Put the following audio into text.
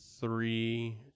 three